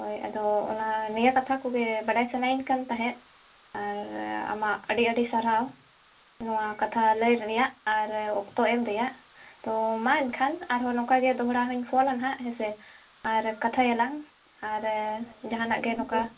ᱦᱳᱭ ᱟᱫᱚ ᱚᱱᱟ ᱱᱤᱭᱟᱹ ᱠᱟᱛᱷᱟ ᱠᱚᱜᱮ ᱵᱟᱰᱟᱭ ᱥᱟᱱᱟᱭᱤᱧ ᱠᱟᱱ ᱛᱟᱦᱮᱫ ᱟᱨ ᱟᱢᱟᱜ ᱟᱹᱰᱤ ᱟᱹᱰᱤ ᱥᱟᱨᱦᱟᱣ ᱱᱚᱣᱟ ᱠᱟᱛᱷᱟ ᱞᱟᱹᱭ ᱨᱮᱭᱟᱜ ᱟᱨ ᱚᱠᱛᱚ ᱮᱢ ᱨᱮᱭᱟᱜ ᱛᱚ ᱢᱟ ᱮᱱᱠᱷᱟᱱ ᱟᱨᱦᱚᱸ ᱱᱚᱝᱠᱟᱜᱮ ᱫᱚᱲᱦᱟ ᱦᱚᱧ ᱯᱷᱳᱱᱟ ᱱᱟᱦᱟᱜ ᱦᱮᱸᱥᱮ ᱟᱨ ᱠᱟᱛᱷᱟᱭᱟᱞᱟᱝ ᱟᱨ ᱡᱟᱦᱟᱸ ᱱᱟᱜ ᱜᱮ ᱱᱚᱝᱠᱟ